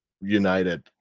united